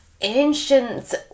ancient